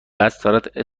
استانداردهای